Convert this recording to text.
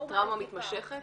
טראומה מתמשכת?